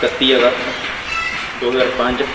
ਇਕੱਤੀ ਅਗਸਤ ਦੋ ਹਜ਼ਾਰ ਪੰਜ